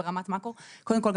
קודם כל,